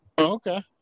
Okay